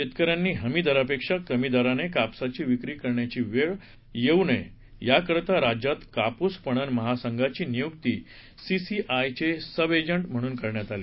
शेतकऱ्यांना हमी दरापेक्षा कमी दराने कापसाची विक्री करण्यांची वेळ येवू नये याकरता राज्यात कापूस पणन महासंघाची नियुक्ती सीसीआयचे सबएजंट म्हणून करण्यांत आली